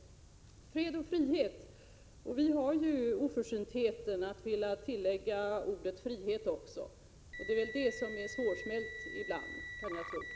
Det gäller fred och frihet — vi har ju oförsyntheten att tillägga ordet frihet, och det är det som är svårsmält, skulle jag tro.